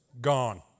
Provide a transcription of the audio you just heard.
Gone